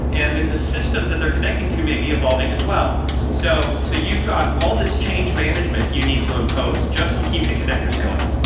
and then the systems that they're connecting to may be evolving as well. so so you've got all this change management you need to impose just to keep the connectors going.